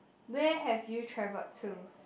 where have you traveled to